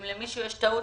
אם למישהו יש טעות,